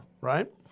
right